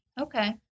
Okay